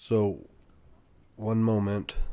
so one moment